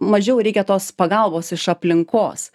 mažiau reikia tos pagalbos iš aplinkos